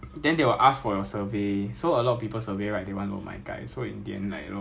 so like people just want to siam the trouble so they will tap like satisfied and very satisfied